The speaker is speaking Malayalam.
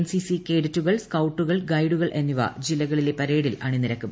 സ്ട്രീസി കേഡറ്റുകൾ സ്കൌട്ടുകൾ ഗൈഡുകൾ എന്നിവ ജില്ലിക്കളില്ല പരേഡിൽ അണിനിരക്കും